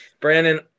Brandon